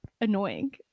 annoying